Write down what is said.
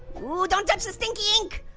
don't touch the stinky ink!